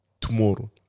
tomorrow